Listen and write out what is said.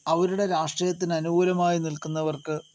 അവരുടെ രാഷ്ട്രീയത്തിന് അനുകൂലമായി നിൽക്കുന്നവർക്ക്